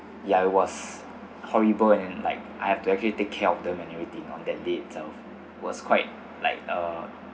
ya it was horrible and like I have to actually take care of them and everything on that day itself was quite like uh